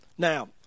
Now